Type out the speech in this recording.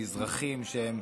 הם מזרחים שהם,